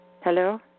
Hello